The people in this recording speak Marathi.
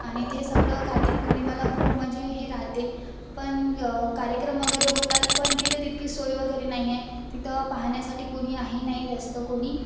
आणि ते सगळं कार्तिक पौर्णिमेला खूप म्हणजे हे राहते पण कार्यक्रम वगैरे होतात पण तिथं तितकी सोय वगैरे नाही आहे तिथं पाहण्यासाठी कोणी आहे नाही जास्त कोणी